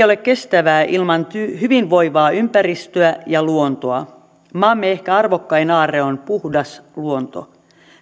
ole kestävää ilman hyvinvoivaa ympäristöä ja luontoa maamme ehkä arvokkain aarre on puhdas luonto